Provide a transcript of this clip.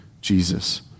Jesus